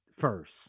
first